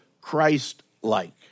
Christ-like